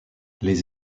les